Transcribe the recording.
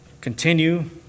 continue